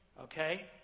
Okay